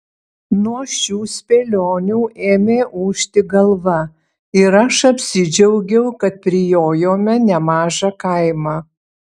nuo šių spėlionių ėmė ūžti galva ir aš apsidžiaugiau kad prijojome nemažą kaimą